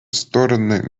стороны